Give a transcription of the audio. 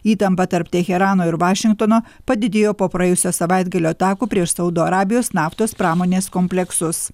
įtampa tarp teherano ir vašingtono padidėjo po praėjusio savaitgalio atakų prieš saudo arabijos naftos pramonės kompleksus